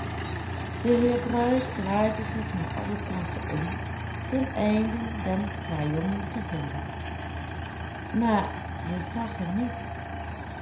de heer bruis draaide zich naar alle kanten om ten einde den kwajongen te vinden maar hij zag hem niet